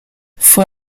fue